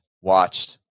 watched